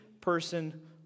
person